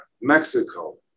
mexico